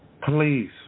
please